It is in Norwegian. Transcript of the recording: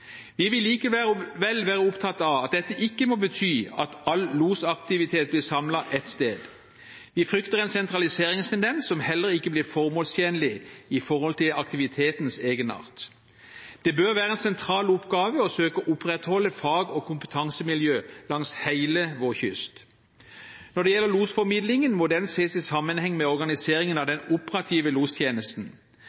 Vi vil likevel være opptatt av at dette ikke må bety at all losaktivitet blir samlet ett sted. Vi frykter en sentraliseringstendens som heller ikke blir formålstjenlig for aktivitetens egenart. Det bør være en sentral oppgave å søke å opprettholde fag- og kompetansemiljø langs hele vår kyst. Når det gjelder losformidlingen, må den ses i sammenheng med organiseringen av